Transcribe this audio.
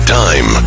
time